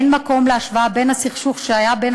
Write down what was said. אין מקום להשוואה בין הסכסוך שהיה בין